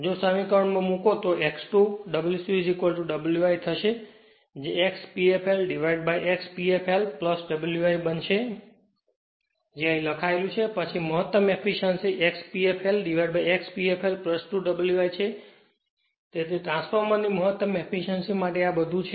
જો સમીકરણ માં મૂકો તો X2 Wc Wi થશે જે x P fl dividedx P fl Wi બનશે જે અહીં લખાયેલું છે પછી મહત્તમ efficiency x P flx P fl 2 Wi છે તેથી ટ્રાન્સફોર્મરની મહત્તમ એફીશ્યંસી માટે આ બધું છે